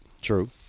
True